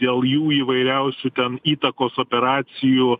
dėl jų įvairiausių ten įtakos operacijų